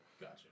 Gotcha